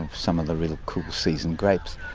some of the real cool season grapes,